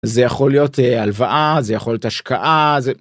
זה יכול להיות אה.. הלוואה, זה יכול להיות השקעה.. זה